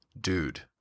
dude